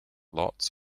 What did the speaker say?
lots